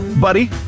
Buddy